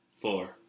Four